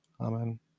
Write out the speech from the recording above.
Amen